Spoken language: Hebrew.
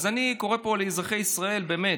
אז אני קורא פה לאזרחי ישראל: באמת,